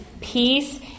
peace